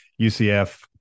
UCF –